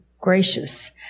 gracious